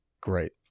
great